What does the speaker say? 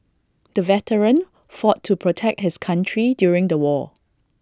the veteran fought to protect his country during the war